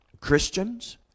christians